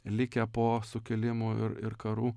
likę po sukilimų ir ir karų